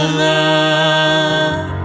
love